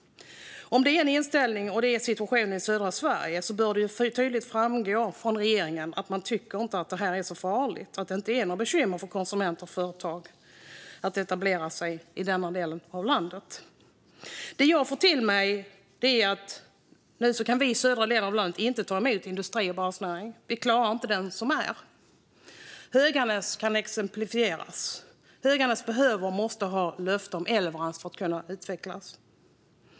Om det är inställningen till situationen i södra Sverige bör det tydligt framgå från regeringen att man tycker att det här inte är särskilt farligt och att det inte är några bekymmer för konsumenter och företag som vill etablera sig i den delen av landet. Det jag får till mig är att den södra delen av landet nu inte kan ta emot mer industri och basnäring. Vi klarar inte den som finns. Höganäs AB kan vara ett exempel. Höganäs AB behöver och måste ha löfte om elleverans för att kunna utvecklas.